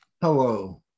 Hello